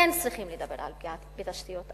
כן צריכים לדבר על פגיעה בתשתיות,